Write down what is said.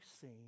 seen